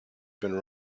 been